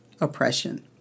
oppression